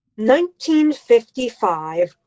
1955